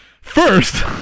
First